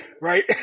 right